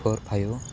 four five